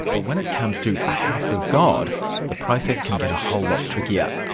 but when it comes to a house of god the process can get a whole lot trickier.